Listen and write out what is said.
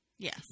Yes